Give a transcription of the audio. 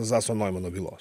zaso noimano bylos